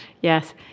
Yes